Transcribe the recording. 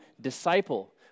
disciple